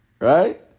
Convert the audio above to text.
Right